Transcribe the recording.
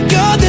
God